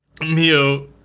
Mio